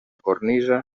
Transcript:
cornisa